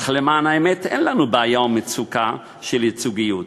אך למען האמת אין לנו בעיה או מצוקה של ייצוגיות.